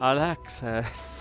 Alexis